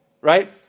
right